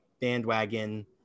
bandwagon